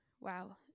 Wow